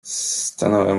stanąłem